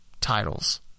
titles